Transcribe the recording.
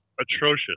atrocious